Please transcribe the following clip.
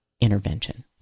intervention